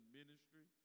ministry